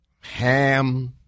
ham